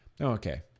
okay